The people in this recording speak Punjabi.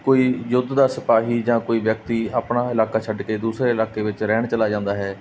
ਕੋਈ ਯੁੱਧ ਦਾ ਸਿਪਾਹੀ ਜਾਂ ਕੋਈ ਵਿਅਕਤੀ ਆਪਣਾ ਇਲਾਕਾ ਛੱਡ ਕੇ ਦੂਸਰੇ ਇਲਾਕੇ ਵਿੱਚ ਰਹਿਣ ਚਲਾ ਜਾਂਦਾ ਹੈ